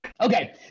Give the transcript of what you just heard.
okay